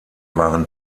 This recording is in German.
waren